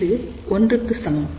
இது 1 க்கு சமம்